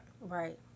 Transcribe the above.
Right